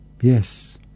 Yes